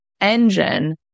engine